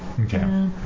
Okay